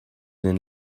den